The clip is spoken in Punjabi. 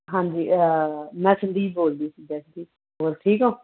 ਹਾਂਜੀ ਮੈਂ ਸੰਦੀਪ ਬੋਲਦੀ ਸੀ ਵੈਸੇ ਹੋਰ ਠੀਕ ਹੋ